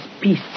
peace